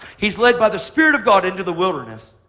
he's led by the spirit of god into the wilderness.